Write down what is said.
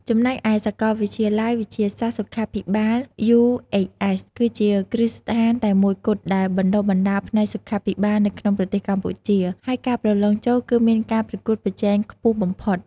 ចំណែកឯ សាកលវិទ្យាល័យវិទ្យាសាស្ត្រសុខាភិបាល UHS គឺជាគ្រឹះស្ថានតែមួយគត់ដែលបណ្ដុះបណ្ដាលផ្នែកសុខាភិបាលនៅក្នុងប្រទេសកម្ពុជា ហើយការប្រឡងចូលគឺមានការប្រកួតប្រជែងខ្ពស់បំផុត។